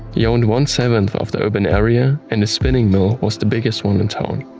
he owned one-seventh of the urban area and his spinning mill was the biggest one in town.